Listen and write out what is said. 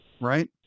right